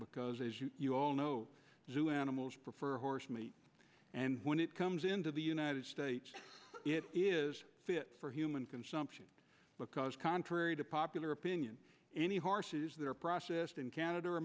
because as you all know who animals prefer horse meat and when it comes into the united states it is fit for human consumption because contrary to popular opinion any horses that are processed in canada or